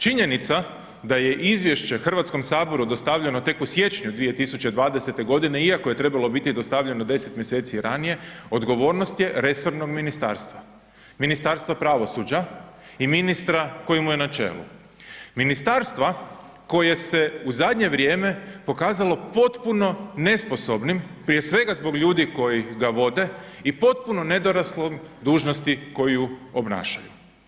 Činjenica da je izvješće Hrvatskom saboru dostavljeno tek u siječnju 2020. g. iako je trebalo biti dostavljeno 10. mj. ranije, odgovornost je resornog ministarstva, Ministarstvo pravosuđa i ministra koji mu je na čelu, ministarstva koje se u zadnje vrijeme pokazalo potpuno nesposobnim prije svega zbog ljudi koji ga vode i potpuno nedoraslom dužnosti koju obnaša.